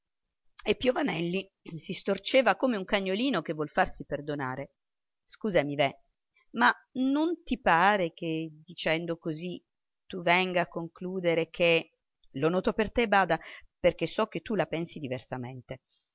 farsi perdonare scusami veh ma non ti pare che dicendo così tu venga a concludere che lo noto per te bada perché so che tu la pensi diversamente